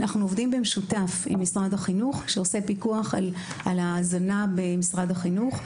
אנחנו עובדים במשותף עם משרד החינוך שעושה פיקוח על ההזנה במשרד החינוך.